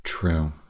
True